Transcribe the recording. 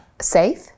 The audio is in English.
Safe